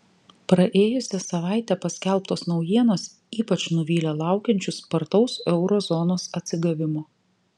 praėjusią savaitę paskelbtos naujienos ypač nuvylė laukiančius spartaus euro zonos atsigavimo